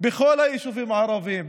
בכל היישובים הערביים,